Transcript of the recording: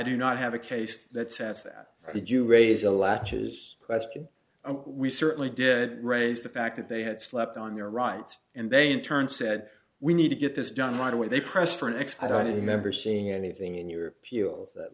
do not have a case that says that i did you raise a latches question we certainly did raise the fact that they had slept on your rights and they in turn said we need to get this done right away they pressed for an expedited remember seeing anything in your appeal that